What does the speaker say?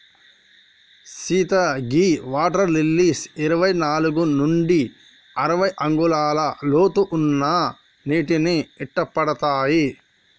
సీత గీ water lilies ఇరవై నాలుగు నుండి అరవై అంగుళాల లోతు ఉన్న నీటిని ఇట్టపడతాయి